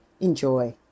Enjoy